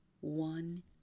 one